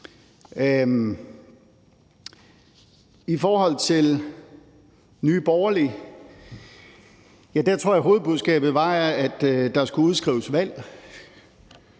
I forhold til Nye Borgerlige tror jeg at hovedbudskabet var, at der skal udskrives valg.